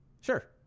Sure